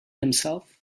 himself